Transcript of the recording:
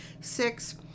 Six